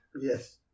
yes